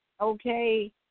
Okay